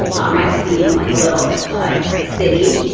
um i've seen like a little like hut city.